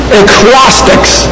acrostics